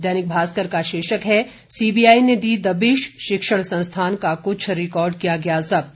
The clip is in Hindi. दैनिक भास्कर का शीर्षक है सीबीआई ने दी दबिश शिक्षण संस्थान का कुछ रिकॉर्ड किया गया जब्त